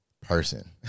person